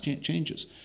changes